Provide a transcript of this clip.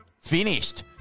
finished